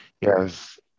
Yes